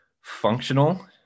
functional